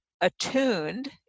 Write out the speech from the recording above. attuned